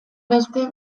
beste